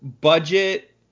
budget